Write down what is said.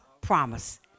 promise